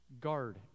guard